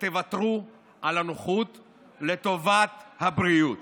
ותוותרו על הנוחות לטובת הבריאות.